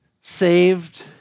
Saved